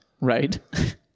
Right